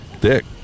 dick